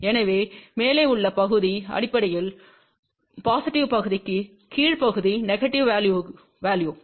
எனவே மேலே உள்ள பகுதி அடிப்படையில் பொசிட்டிவ்யான பகுதிக்கு கீழ் பகுதி நெகடிவ் வேல்யுக்கு